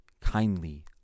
kindly